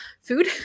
food